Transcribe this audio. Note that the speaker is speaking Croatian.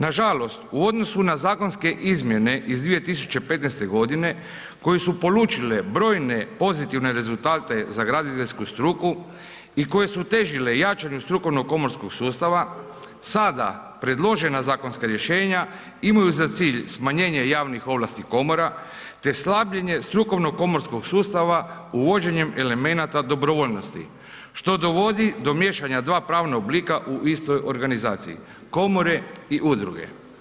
Nažalost, u odnosu na zakonske izmjene iz 2015. godine koje su polučile brojne pozitivne rezultate za graditeljsku struku i koje su težile jačanju strukovnog komorskog sustava, sada predložena zakonska rješenja imaju za cilj smanjenje javnih ovlasti komora te slabljenje strukovnog komorskog sustava uvođenjem elemenata dobrovoljnosti, što dovodi do miješanja dva pravna oblika u istoj organizaciji komore i udruge.